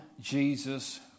Jesus